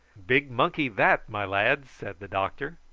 big monkey that, my lads, said the doctor.